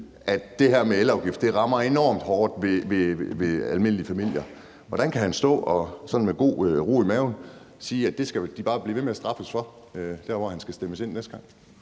at det her med elafgift rammer almindelige familier enormt hårdt, kan stå og sådan med god ro i maven sige, at det skal de bare blive ved med at blive straffet for der, hvor han skal stemmes ind næste gang?